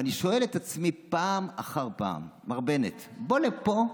ואני שואל את עצמי פעם אחר פעם: מר בנט, בוא לפה,